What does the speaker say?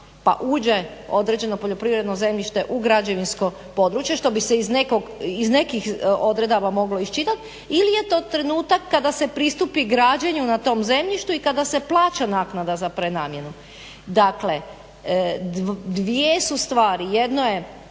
pa uđe određeno poljoprivredno zemljište u građevinsko područje što bi se iz nekih odredaba moglo iščitat ili je to trenutak kada se pristupi građenju na tom zemljištu i kada se plaća naknada za prenamjenu. Dakle dvije su stvari, jedno je